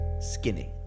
skinny